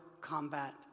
combat